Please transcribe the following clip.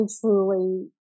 truly